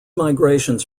migrations